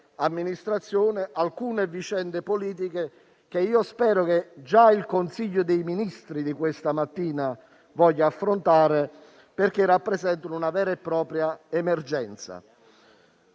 amministrazione, ci sono alcune vicende politiche che spero che già il Consiglio dei ministri di questa mattina voglia affrontare, perché rappresentano una vera e propria emergenza.